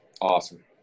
Awesome